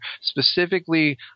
specifically